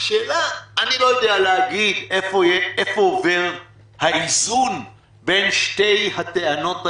אני לא יודע להגיד איפה עובר האיזון בין שתי הטענות האלה,